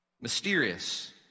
Mysterious